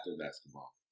basketball